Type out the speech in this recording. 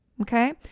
okay